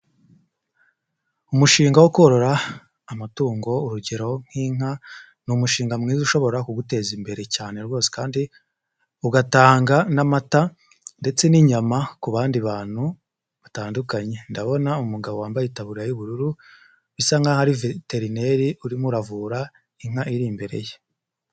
Umushinga wo korora amatungo urugero nk'inka, ni umushinga mwiza ushobora kuguteza imbere cyane rwose kandi ugatanga n'amata ndetse n'inyama kubandi bantu batandukanye, ndabona umugabo wambaye itaburiya y'ubururu bisa nk'aho ari veterineri urimo uravura inka iri imbere ye.